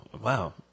Wow